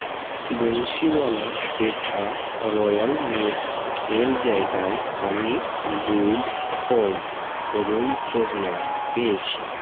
Bansiwala petha royal mix এর জায়গায় আমি গুড হোম রুম ফ্রেশনার পেয়েছি